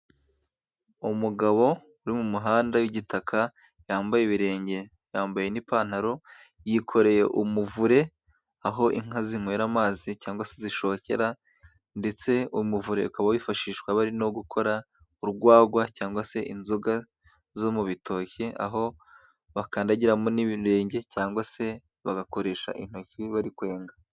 Umugabo uri mu muhanda w'igitaka yambaye ibirenge, yambaye ipantaro, yikoreye umuvure aho inka zinywera amazi cyangwa se zishokera , ndetse umuvure akaba wifashishwa bari no gukora urwagwa cyangwa se inzoga zo mu bitoki, aho bakandagiramo n'ibirenge cyangwa se bagakoresha intoki bari kwenga.